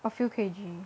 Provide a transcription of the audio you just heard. a few K_G